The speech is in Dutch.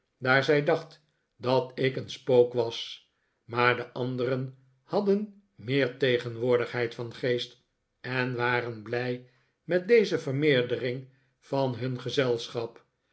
daar zij dacht dat ik een spook was maar de anderen hadden meer tegenwoordigheid van geest en waren blij met deze vermeerdering van hun gezelschap